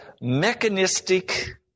mechanistic